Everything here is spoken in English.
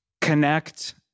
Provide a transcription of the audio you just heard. connect